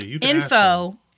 Info